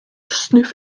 sniff